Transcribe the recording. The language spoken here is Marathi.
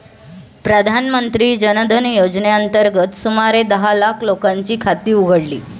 प्रधानमंत्री जन धन योजनेअंतर्गत सुमारे दहा लाख लोकांची खाती उघडली